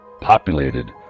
populated